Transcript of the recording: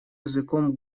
языком